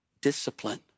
discipline